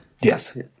Yes